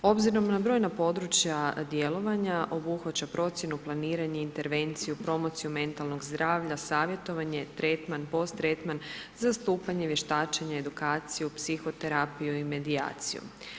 Obzirom na brojna područja djelovanja obuhvaća procjenu, planiranje, intervenciju, promociju mentalnog zdravlja, savjetovanje, tretman, posttretman, zastupanje, vještačenje, edukaciju, psihoterapiju i medijaciju.